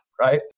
right